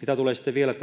mitä tulee vielä